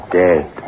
dead